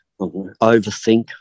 overthink